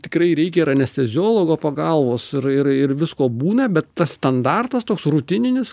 tikrai reikia ir anesteziologo pagalbos ir ir ir visko būna bet tas standartas toks rutininis